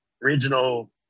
regional